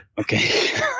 Okay